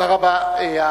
תודה רבה.